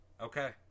Okay